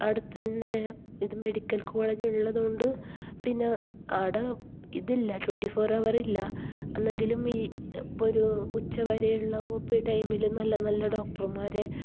അവിടെ തന്നെ ഇത് മെഡിക്കൽ കോളേജ് ഉള്ളതു കൊണ്ട് പിന്നെ അവിടെ ഇതില്ല ട്വൻ്റി ഫോർ അവർ ഇല്ല എന്നെങ്കിലും ഈ ഒരു ഉച്ച വരെയുള്ള ഓ പി ടൈമിൽ നല്ല നല്ല ഡോക്ടർമാരെ